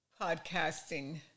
podcasting